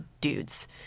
dudes